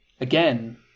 again